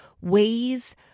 ways